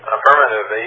Affirmative